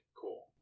cool